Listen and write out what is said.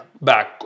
Back